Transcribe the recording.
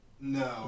No